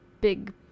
big